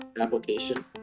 application